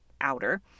outer